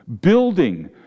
building